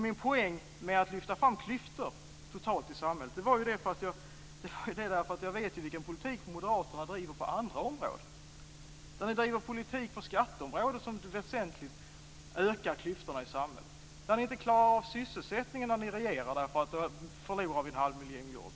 Min poäng med att lyfta fram klyftor i samhället var att jag vet vilken politik som Moderaterna driver på andra områden. Det är ju er politik på skatteområdet som väsentligt ökar klyftorna i samhället. Ni klarade inte av sysselsättningen när ni regerade. Då förlorade vi en halv miljon jobb.